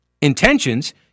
intentions